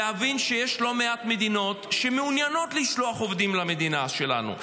להבין שיש לא מעט מדינות שמעוניינות לשלוח עובדים למדינה שלנו,